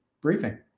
briefing